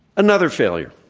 another failure,